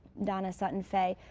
donna sutton faye.